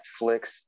Netflix